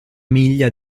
miglia